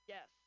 Yes